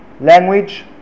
Language